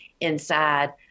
inside